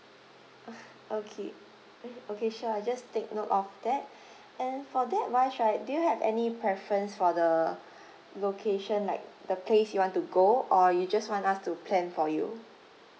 okay okay sure I just take note of that and for that wise right do you have any preference for the location like the place you want to go or you just want us to plan for you